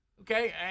Okay